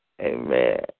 amen